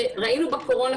ראינו בתקופת הקורונה,